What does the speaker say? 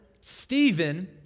Stephen